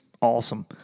awesome